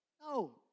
No